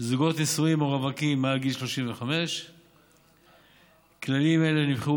זוגות נשואים או רווקים מעל גיל 35. כללים אלה נבחרו